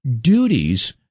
Duties